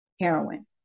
heroin